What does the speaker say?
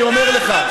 אני אומר לך,